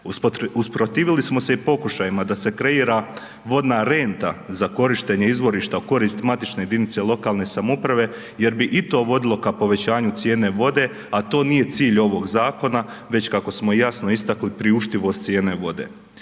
Usprotivili smo se i pokušajima da se kreira vodna renta za korištenje izvorišta u korist matične jedinice lokalne samouprave jer bi i to vodilo ka povećanju cijene vode, a to nije cilj ovog zakona, već kako smo jasno istakli priuštivost cijene vode.